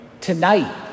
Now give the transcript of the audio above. tonight